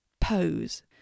pose